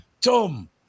Tom